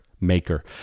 maker